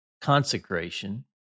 consecration